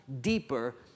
deeper